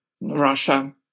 Russia